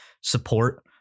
support